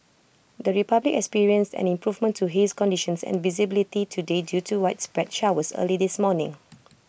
the republic experienced an improvement to haze conditions and visibility today due to widespread showers early this morning